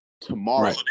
tomorrow